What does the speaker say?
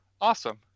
awesome